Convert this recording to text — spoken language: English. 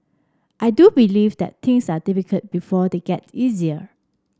I do believe that things are difficult before they get easier